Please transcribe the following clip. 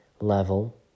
level